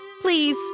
please